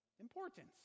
importance